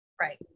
Right